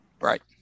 Right